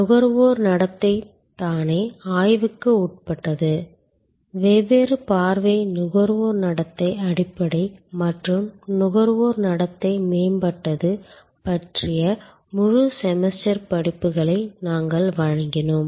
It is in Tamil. நுகர்வோர் நடத்தை தானே ஆய்வுக்கு உட்பட்டது வெவ்வேறு பார்வை நுகர்வோர் நடத்தை அடிப்படை மற்றும் நுகர்வோர் நடத்தை மேம்பட்டது பற்றிய முழு செமஸ்டர் படிப்புகளை நாங்கள் வழங்கினோம்